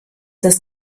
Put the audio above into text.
das